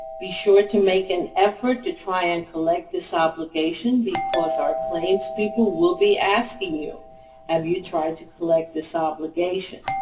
be sure to make an effort to try and collect this obligation because our claims people will be asking you have you tried to collect this obligation.